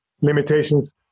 limitations